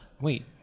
Wait